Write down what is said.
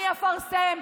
אני אפרסם,